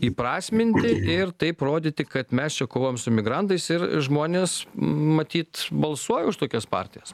įprasminti ir taip rodyti kad mes čia kovojam su migrantais ir žmonės matyt balsuoja už tokias partijas